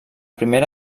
primera